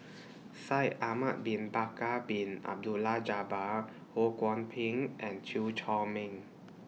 Shaikh Ahmad Bin Bakar Bin Abdullah Jabbar Ho Kwon Ping and Chew Chor Meng